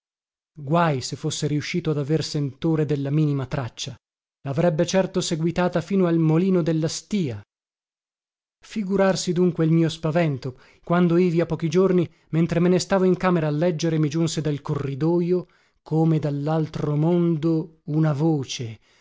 guaj se fosse riuscito ad aver sentore della minima traccia lavrebbe certo seguitata fino al molino della stìa figurarsi dunque il mio spavento quando ivi a pochi giorni mentre me ne stavo in camera a leggere mi giunse dal corridojo come dallaltro mondo una voce